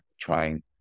trying